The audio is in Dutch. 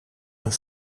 een